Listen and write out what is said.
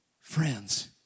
Friends